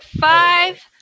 five